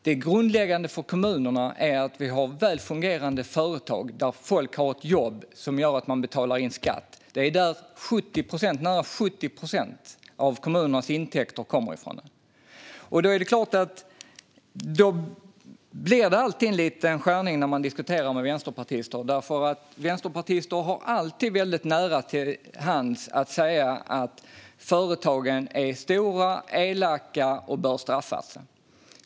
Det grundläggande för kommunerna är att vi har väl fungerande företag där folk har ett jobb som gör att man betalar in skatt. Nära 70 procent av kommunernas intäkter kommer från detta. Det är klart att det skär sig lite när man diskuterar detta med vänsterpartister, för det ligger alltid väldigt nära till hands för dem att säga att företagen är stora och elaka och bör straffas.